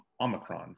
omicron